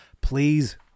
please